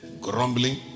Grumbling